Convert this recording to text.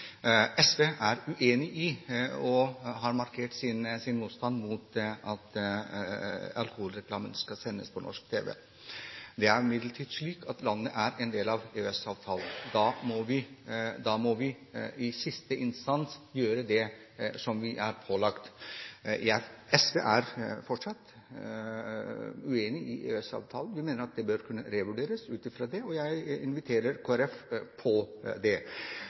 SV er uenig i og har markert sin motstand mot at alkoholreklame skal sendes på norsk tv. Det er imidlertid slik at landet er en del av EØS-avtalen, og da må vi – i siste instans – gjøre det som vi er pålagt. SV er fortsatt uenig i EØS-avtalen, vi mener det bør kunne revurderes, og jeg inviterer Kristelig Folkeparti til det.